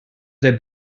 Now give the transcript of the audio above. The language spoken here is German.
sehr